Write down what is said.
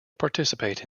participate